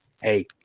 hey